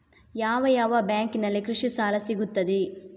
ಯಾವ ಯಾವ ಬ್ಯಾಂಕಿನಲ್ಲಿ ಕೃಷಿ ಸಾಲ ಸಿಗುತ್ತದೆ?